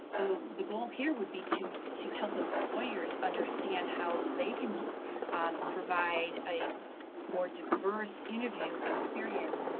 the goal here would be to to help employers understand how they can provide a more diverse interview experience